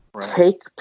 Take